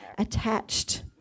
Attached